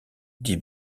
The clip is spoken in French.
dit